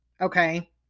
okay